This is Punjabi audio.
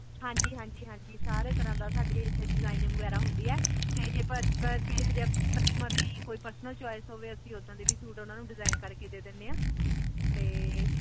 ਹਾਂਜੀ ਹਾਂਜੀ ਹਾਂਜੀ ਸਾਰੇ ਤਰ੍ਹਾਂ ਦਾ ਸਾਡੇ ਇੱਥੇ ਡਿਜ਼ਾਇਨਿੰਗ ਵਗੈਰਾ ਹੁੰਦੀ ਹੈ ਅਤੇ ਜੇ ਕਸਟਮਰ ਦੀ ਕੋਈ ਪਰਸਨਲ ਚੋਇਸ ਹੋਵੇ ਅਸੀਂ ਉੱਦਾਂ ਦੇ ਵੀ ਸੂਟ ਉਹਨਾਂ ਨੂੰ ਡਿਜ਼ਾਇਨ ਕਰਕੇ ਦੇ ਦਿੰਦੇ ਹਾਂ ਅਤੇ